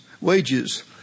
wages